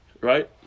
right